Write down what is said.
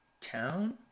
town